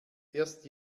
erst